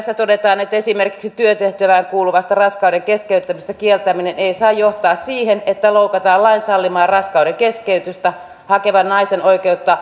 tässä todetaan että esimerkiksi työtehtävään kuuluvasta raskauden keskeyttämisestä kieltäytyminen ei saa johtaa siihen että loukataan lain sallimaa raskaudenkeskeytystä hakevan naisen oikeutta yksityiselämään